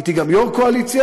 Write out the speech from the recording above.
הייתי גם יו"ר קואליציה,